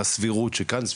הסבירות שכאן,